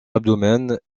abdomen